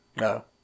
No